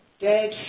dead